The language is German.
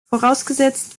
vorausgesetzt